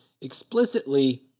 explicitly